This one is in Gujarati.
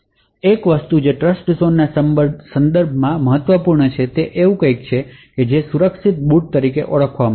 એક વસ્તુ જે ટ્રસ્ટઝોનના સંદર્ભમાં મહત્વપૂર્ણ છે તે કંઈક છે જેને સુરક્ષિત બૂટ તરીકે ઓળખવામાં આવે છે